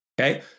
okay